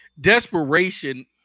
desperation